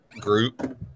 group